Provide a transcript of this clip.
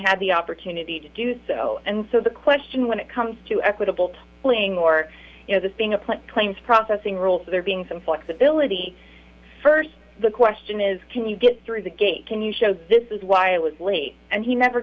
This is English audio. had the opportunity to do so and so the question when it comes to equitable to fling or you know this being a put claims processing rule for there being some flexibility first the question is can you get through the gate can you show this is why it was late and he never